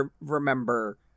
remember